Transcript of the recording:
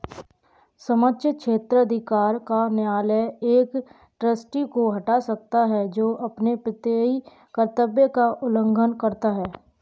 सक्षम क्षेत्राधिकार का न्यायालय एक ट्रस्टी को हटा सकता है जो अपने प्रत्ययी कर्तव्य का उल्लंघन करता है